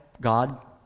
God